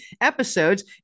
episodes